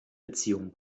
beziehungen